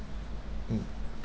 mm